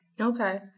Okay